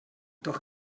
doch